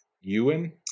Ewan